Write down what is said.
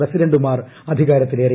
പ്രസിഡന്റുമാർ അധികാരത്തിലേറി